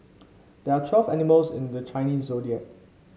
there are twelve animals in the Chinese Zodiac